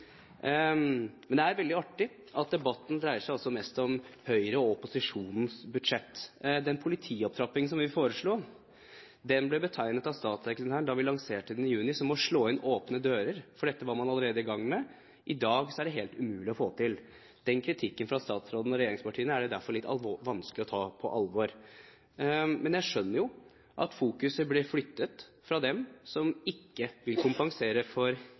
Men det er veldig artig at debatten dreier seg mest om Høyre og opposisjonens budsjett. Den politiopptrappingen vi foreslo, ble betegnet av statssekretæren da vi lanserte den i juni, som å slå inn åpne dører, for dette var man allerede i gang med. I dag er det helt umulig å få til. Den kritikken fra statsråden og regjeringspartiene er det derfor litt vanskelig å ta på alvor. Men jeg skjønner jo at fokuset blir flyttet fra dem som ikke vil kompensere for